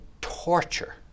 torture